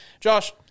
Josh